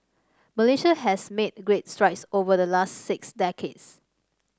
Malaysia has made great strides over the last six decades